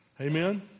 Amen